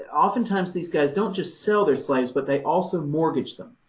oftentimes these guys don't just sell their slaves, but they also mortgage them,